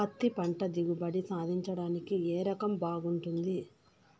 పత్తి పంట దిగుబడి సాధించడానికి ఏ రకం బాగుంటుంది?